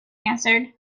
answered